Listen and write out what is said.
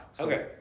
Okay